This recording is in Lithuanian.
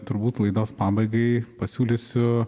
turbūt laidos pabaigai pasiūlysiu